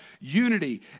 unity